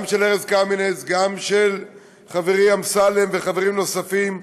גם של ארז קמיניץ וגם של חברי אמסלם וחברים נוספים,